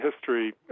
history